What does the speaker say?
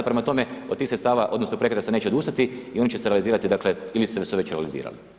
Prema tome, od tih sredstava, odnosno projekata se neće odustati i oni će se realizirati dakle ili su se već realizirali.